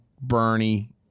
Bernie